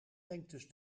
lengtes